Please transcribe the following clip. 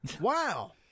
Wow